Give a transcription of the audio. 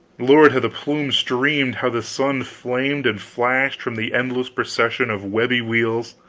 lord, how the plumes streamed, how the sun flamed and flashed from the endless procession of webby wheels!